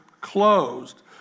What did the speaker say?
closed